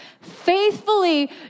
faithfully